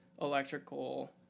electrical